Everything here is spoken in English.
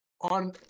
on